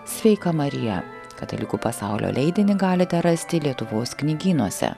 sveika marija katalikų pasaulio leidinį galite rasti lietuvos knygynuose